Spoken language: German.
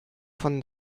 von